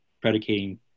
predicating